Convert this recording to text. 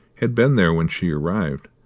had been there when she arrived,